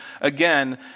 again